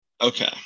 Okay